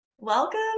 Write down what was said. Welcome